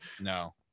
No